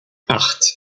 acht